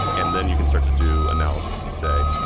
and then you can start to do analysis to say,